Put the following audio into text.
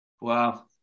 Wow